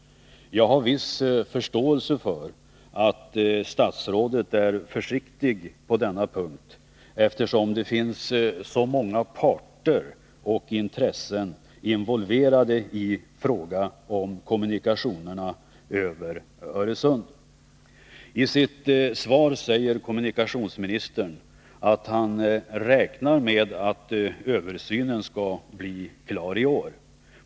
Jag har viss förståelse för att statsrådet är försiktig på denna punkt, eftersom det finns så många parter och intressen involverade i frågan om kommunikationérna över Öresund. I sitt svar säger kommunikationsministern att han räknar med att översynen skall bli klar i år.